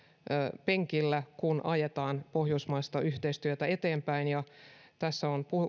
etupenkillä kun ajetaan pohjoismaista yhteistyötä eteenpäin tässä on